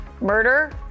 murder